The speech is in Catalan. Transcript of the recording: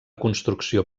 construcció